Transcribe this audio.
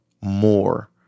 more